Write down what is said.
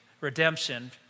redemption